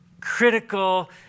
critical